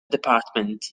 department